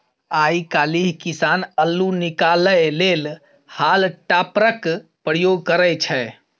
आइ काल्हि किसान अल्लु निकालै लेल हॉल टॉपरक प्रयोग करय छै